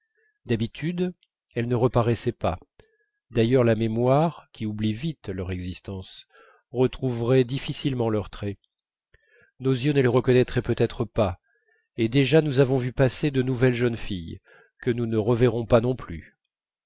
d'habitude elles ne reparaissent pas d'ailleurs la mémoire qui oublie vite leur existence retrouverait difficilement leurs traits nos yeux ne les reconnaîtraient peut-être pas et déjà nous avons vu passer de nouvelles jeunes filles que nous ne reverrons pas non plus